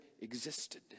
existed